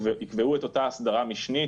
יקבעו את אותה הסדרה משנית.